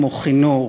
כמו חינוך,